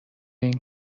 این